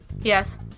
yes